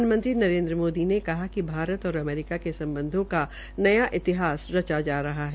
प्रधानमंत्री नरेन्द्र मोदी ने कहा कि भारत और अमेरिका के सम्बधों का नया इतिहास रचा जा रहा है